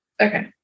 Okay